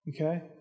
Okay